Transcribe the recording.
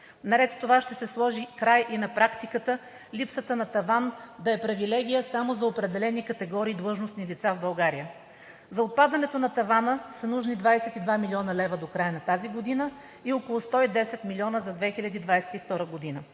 Наред с това ще се сложи край и на практиката – липсата на таван да е привилегия само за определени категории длъжностни лица в България. За отпадането на тавана са нужни 22 млн. лв. до края на тази година и около 110 милиона за 2022 г.